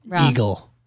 Eagle